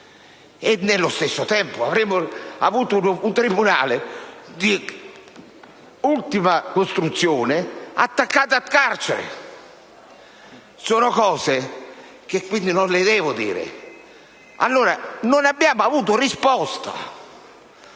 Nello stesso tempo, avremmo avuto un tribunale di ultima costruzione attaccato al carcere. Sono cose che non le devo dire. Non abbiamo avuto risposta.